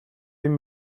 vint